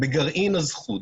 בגרעין הזכות".